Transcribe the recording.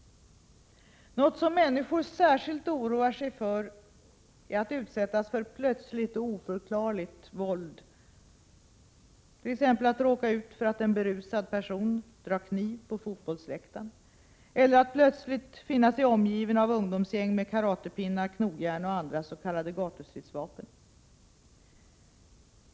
Något som människor särskilt oroar sig för är att utsättas för plötsligt och oförklarligt våld, t.ex. att råka ut för att en berusad person drar kniv på fotbollsläktaren eller att plötsligt finna sig omgiven av ungdomsgäng med karatepinnar, knogjärn och andra s.k. gatustridsvapen.